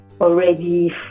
already